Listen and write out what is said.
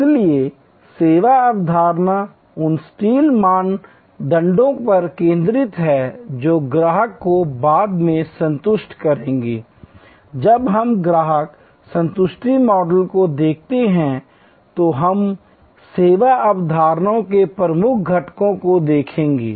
इसलिए सेवा अवधारणा उन सटीक मानदंडों पर केंद्रित है जो ग्राहक को बाद में संतुष्ट करेंगे जब हम ग्राहक संतुष्टि मॉडल को देखते हैं तो हम सेवा अवधारणाओं के प्रमुख घटकों को देखेंगे